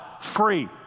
free